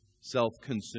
self-consumed